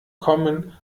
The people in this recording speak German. kommen